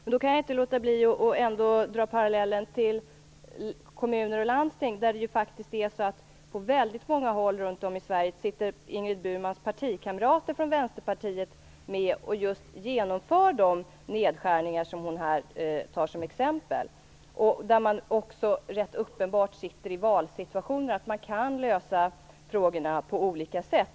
Jag kan ändå inte låta bli att dra parallellen till kommuner och landsting, där Ingrid Burmans partikamrater från Vänsterpartiet på väldigt många håll runt om i landet sitter med och genomför de nedskärningar som hon här tar som exempel. I kommuner och landsting är man rätt uppenbart i valsituationer, och man kan lösa frågorna på olika sätt.